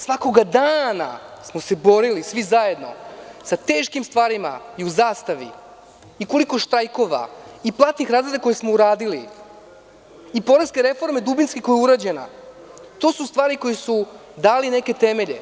Svakoga dana smo se borili svi zajedno sa teškim stvarima i u „Zastavi“ i koliko štrajkova i platnih razreda koje smo uradili i poreske reforme, koja je dubinski urađena, to su stvari koje su dale neke temelje.